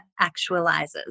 actualizes